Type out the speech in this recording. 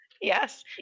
Yes